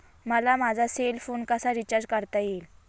मला माझा cell phone कसा रिचार्ज करता येईल?